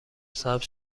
سبز